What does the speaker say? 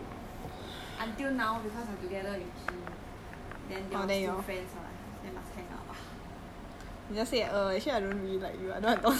but when they broke up right then I never talk to the guy already until now because I together with chee then they all still friends mah then must hang out